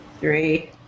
three